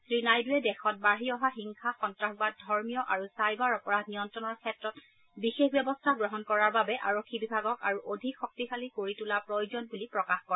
শ্ৰীনাইডুৱে দেশত বাঢ়ি অহা হিংসা সন্তাসবাদ ধৰ্মীয় আৰু চাইবাৰ অপৰাধ নিয়ন্ত্ৰণৰ ক্ষেত্ৰত বিশেষ ব্যৱস্থা গ্ৰহণ কৰাৰ বাবে আৰক্ষী বিভাগক আৰু অধিক শক্তিশালী কৰি তোলা প্ৰয়োজন বুলি প্ৰকাশ কৰে